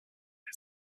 his